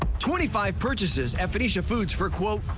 twenty five purchases at foods yeah foods for, quote,